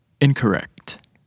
Incorrect